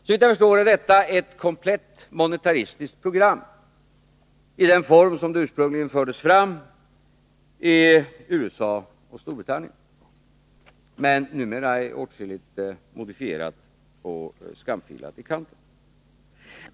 Såvitt jag förstår är detta ett komplett monetaristiskt program, i den form som det ursprungligen fördes fram i USA och Storbritannien men numera är åtskilligt modifierat och skamfilat.